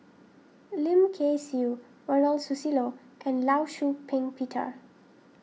Lim Kay Siu Ronald Susilo and Law Shau Ping Peter